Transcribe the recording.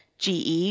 GE